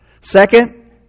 Second